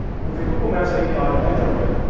with the google maps api on android wear,